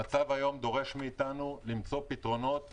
המצב היום דורש מאיתנו למצוא פתרונות.